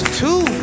two